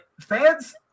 fans